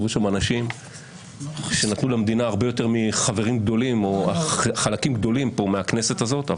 הסתובבו שם אנשים שנתנו למדינה הרבה יותר מחלקים גדולים פה בכנסת הזאת.